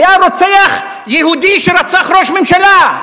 היה רוצח יהודי שרצח ראש ממשלה,